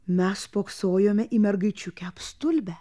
mes spoksojome į mergaičiukę apstulbę